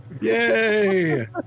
Yay